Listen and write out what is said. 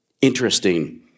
Interesting